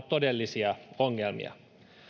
todellisia ongelmia